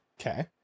okay